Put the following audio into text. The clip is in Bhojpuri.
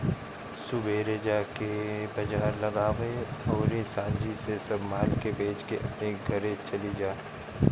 सुबेरे जाके बाजार लगावअ अउरी सांझी से सब माल बेच के अपनी घरे चली जा